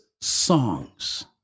songs